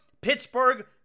Pittsburgh